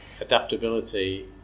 adaptability